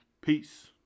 Peace